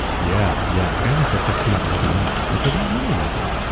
yeah yeah apparently for fifteen thousand dollars, which was a lot of money in those days,